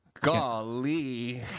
Golly